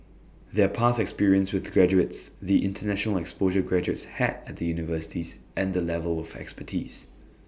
their past experience with the graduates the International exposure graduates had at the universities and the level of expertise